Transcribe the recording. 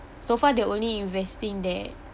so far the only investing that